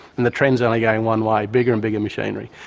and the trend is only going one way bigger and bigger machinery.